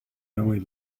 only